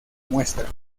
muestra